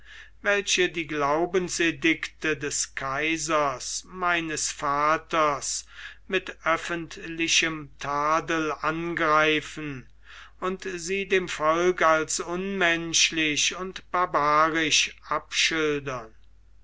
welche die glaubensedikte des kaisers meines vaters mit öffentlichem tadel angreifen und sie dem volk als unmenschlich und barbarisch